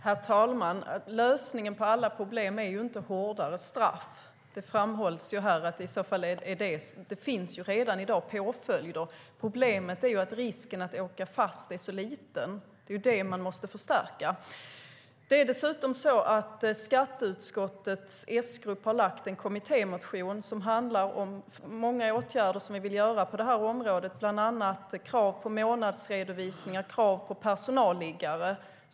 Herr talman! Lösningen på alla problem är inte hårdare straff. Det framhålls här att det redan i dag finns påföljder. Problemet är att risken att åka fast är så liten. Det är det man måste förstärka. Dessutom har skatteutskottets S-grupp väckt en kommittémotion som handlar om många åtgärder som vi vill vidta på området. Bland annat gäller det krav på månadsredovisningar och krav på personalliggare.